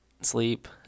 sleep